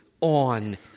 on